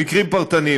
במקרים פרטניים,